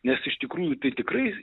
nes iš tikrųjų tai tikrai